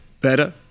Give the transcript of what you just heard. better